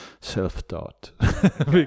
self-taught